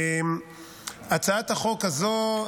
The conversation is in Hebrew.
הצעת החוק הזו,